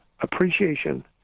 appreciation